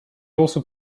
also